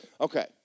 Okay